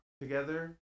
together